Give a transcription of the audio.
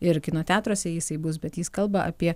ir kino teatruose jisai bus bet jis kalba apie